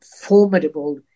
formidable